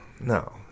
No